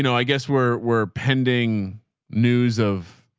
you know i guess we're, we're pending news of,